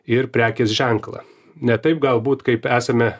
ir prekės ženklą ne taip galbūt kaip esame